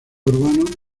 urbano